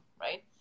right